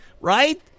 Right